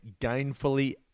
gainfully